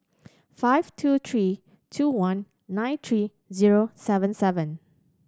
five two three two one nine three zero seven seven